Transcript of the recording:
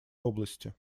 области